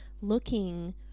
looking